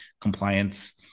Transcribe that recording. compliance